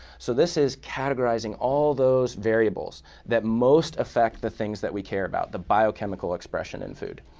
so this is categorizing all those variables that most affect the things that we care about, the biochemical expression in food.